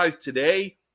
today